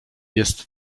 jest